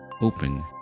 open